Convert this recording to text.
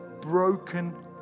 broken